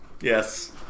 Yes